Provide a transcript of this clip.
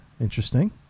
Interesting